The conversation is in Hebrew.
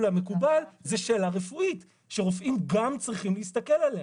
המקובל זאת שאלה רפואית שרופאים גם צריכים להסתכל עליה.